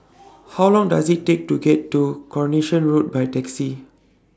How Long Does IT Take to get to Coronation Road By Taxi